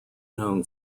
known